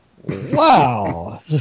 Wow